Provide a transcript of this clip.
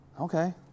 Okay